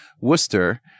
Worcester